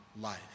life